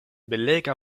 belega